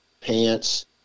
pants